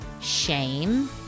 shame